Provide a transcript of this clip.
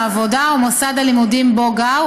העבודה או המוסד הלימודי שבו גר,